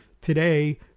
Today